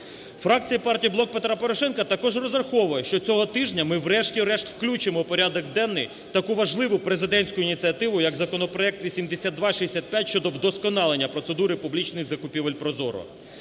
Фракція партії "Блок Петра Порошенка" також розраховує, що цього тижня ми, врешті-решт, включимо в порядок денний таку важливу президентську ініціативу, як законопроект 8265 щодо вдосконалення процедури публічних закупівель ProZorro.